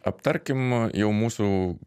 aptarkim jau mūsų